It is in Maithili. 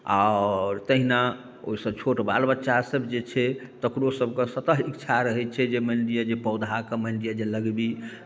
आओर तहिना ओहिसँ छोट बाल बच्चासभ जे छै तकरो सबके स्वतः इच्छा रहै छै जे मानि लिअ जे पौधाके मानि लिअ जे लगाबी